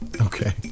Okay